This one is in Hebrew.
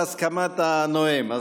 בהסכמת הנואם.